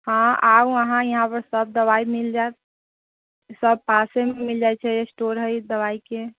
हँ आउ अहाँ यहाँपर सभ दबाइ मिल जायत सभ पासेमे मिल जाइत छै स्टोर हइ दबाइके